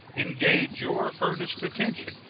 engage your earnest attention.